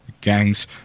gangs